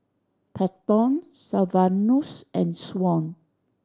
Paxton Sylvanus and Shaun